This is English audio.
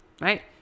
right